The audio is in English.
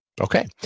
Okay